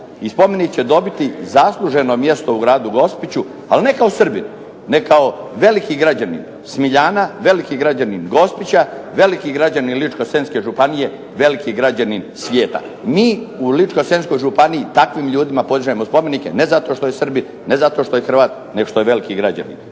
i spomenik će dobiti zasluženo mjesto u gradu Gospiću, ali ne kao Srbin, nego kao veliki građanin Smiljana, veliki građanin Gospića, veliki građanin Ličko-senjske županije, veliki građanin svijeta. Mi u Ličko-senjskoj županiji takvim ljudima podižemo spomenike ne zato što je Srbin, ne zato što je Hrvat nego što je veliki građanin.